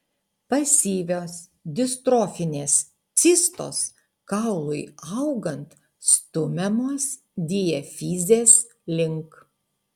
pasyvios distrofinės cistos kaului augant stumiamos diafizės link